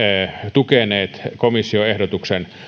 tukeneet komission ehdotuksen